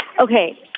Okay